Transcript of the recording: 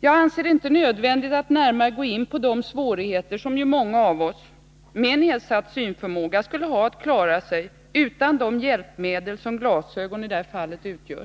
Jag anser det inte nödvändigt att närmare gå 24 november 1982 in på de svårigheter som många av oss med nedsatt synförmåga skulle ha, om vi inte hade det hjälpmedel som glasögon i det här fallet utgör.